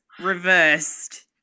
reversed